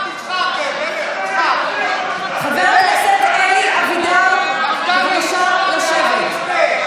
חבר הכנסת אלי אבידר, בבקשה לשבת.